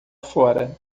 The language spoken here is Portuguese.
fora